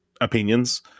opinions